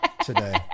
today